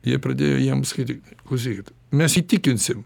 jie pradėjo jiems sakyt klausykit mes įtikinsim